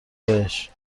بهش